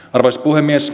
arvoisa puhemies